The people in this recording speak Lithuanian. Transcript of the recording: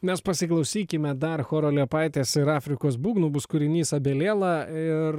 mes pasiklausykime dar choro liepaitės ir afrikos būgnų bus kūrinys abeliela ir